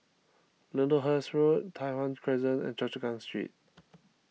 Lyndhurst Road Tai Hwan Crescent and Choa Chu Kang Street